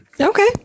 Okay